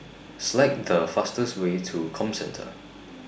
Select The fastest Way to Comcentre